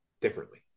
differently